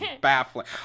baffling